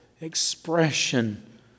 expression